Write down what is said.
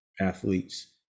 athletes